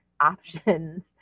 options